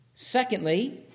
Secondly